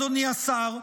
אדוני השר,